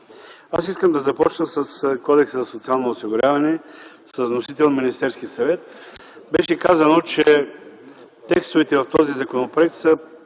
Аз искам да започна с Кодекса за социално осигуряване – с вносител Министерският съвет. Беше казано, че текстовете в този законопроект са